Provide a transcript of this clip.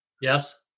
Yes